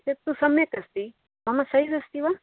एतद् तु सम्यक् अस्ति मम सैॹ् अस्ति वा